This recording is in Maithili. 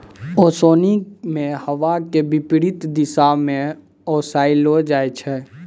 ओसोनि मे हवा के विपरीत दिशा म ओसैलो जाय छै